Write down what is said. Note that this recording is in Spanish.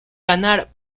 ganar